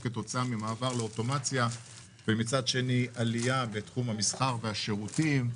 כתוצאה ממעבר לאוטומציה ועלייה בתחום המסחר והשירותים.